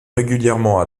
régulièrement